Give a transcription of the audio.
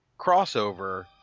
crossover